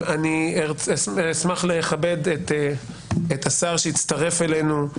אשמח לכבד את השר שהצטרף אלינו,